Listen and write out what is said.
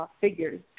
figures